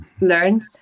learned